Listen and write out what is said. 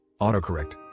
autocorrect